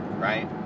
right